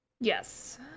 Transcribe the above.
yes